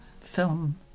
film